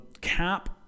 cap